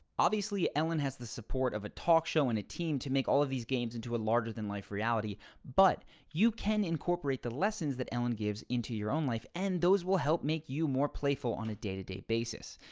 obviously, ellen has the support of a talk show and a team to make all of these games into a larger-than-life reality but you can incorporate the lessons that ellen gives into your own life and those will help make you more playful on a day-to-day basis.